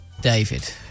David